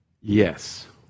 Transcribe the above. Yes